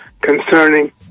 concerning